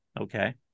Okay